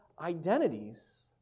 identities